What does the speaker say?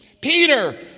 peter